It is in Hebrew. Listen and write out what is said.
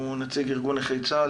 הוא נציג ארגון נכי צה"ל,